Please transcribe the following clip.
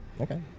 Okay